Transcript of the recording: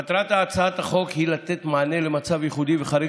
מטרת הצעת החוק היא לתת מענה למצב הייחודי והחריג